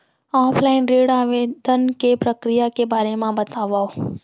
Offline ऋण आवेदन के प्रक्रिया के बारे म बतावव?